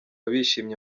bishimye